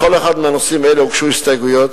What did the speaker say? לכל אחד מנושאים אלה הוגשו הסתייגויות.